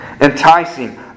enticing